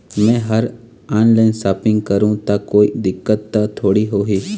मैं हर online shopping करू ता कोई दिक्कत त थोड़ी होही?